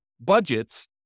budgets